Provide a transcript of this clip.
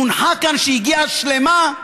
שהונחה כאן שהגיעה שלמה?